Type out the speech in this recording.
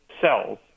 cells